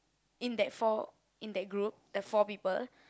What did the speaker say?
in that four in that group the four people